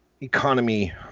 economy